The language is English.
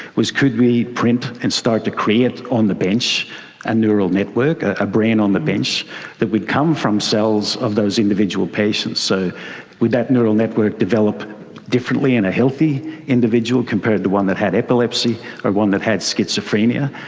was could we print and start to create on the bench a neural network, a brain on the bench that would come from cells of those individual patients. so would that neural network develop differently in a healthy individual compared to one that had epilepsy or one that had schizophrenia?